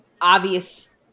obvious